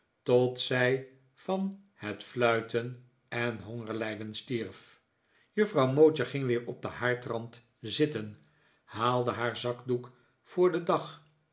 tot zij van het fluiten en hongerlijden stierf juffrouw mowcher ging weer op den haardrand zitten haalde haar zakdoek voor den dag